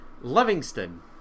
Livingston